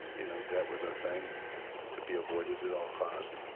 you know, that was a thing to be avoided at all cost.